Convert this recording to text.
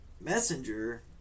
Messenger